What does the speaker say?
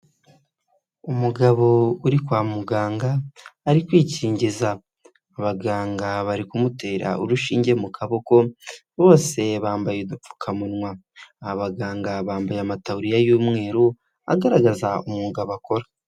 Umugabo uri kwa muganga, ari kwikingiza. Abaganga bari kumutera urushinge mu kaboko, bose bambaye udupfukamunwa. Aba baganga bambaye amataburiya y'umweru, agaragaza umwuga bakora.